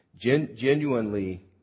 Genuinely